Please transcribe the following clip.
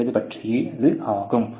என்பது பற்றியது ஆகும்